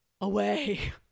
away